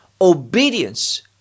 obedience